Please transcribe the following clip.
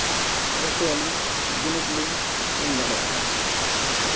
ᱡᱟᱛᱮ ᱟᱹᱞᱤᱧ ᱵᱤᱱᱤᱰᱞᱤᱧ ᱮᱢ ᱫᱟᱲᱮᱭᱟᱜᱼᱢᱟ